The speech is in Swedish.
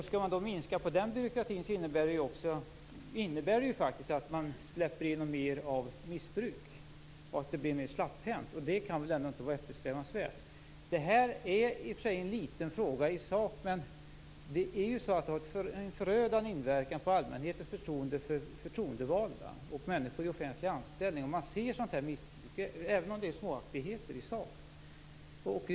Skall man då minska på den byråkratin innebär det faktiskt att man släpper igenom mer missbruk och att det blir mer slapphänt. Det kan väl ändå inte vara eftersträvansvärt. Det här är i och för sig en liten fråga i sak, men det har en förödande inverkan på allmänhetens förtroende för förtroendevalda och människor i offentlig anställning om man ser sådant missbruk, även om det är småaktigheter i sak.